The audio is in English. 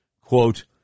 quote